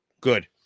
Good